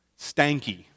Stanky